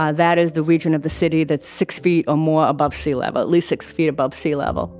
ah that is the region of the city that's six feet or more above sea level at least six feet above sea level